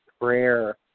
prayer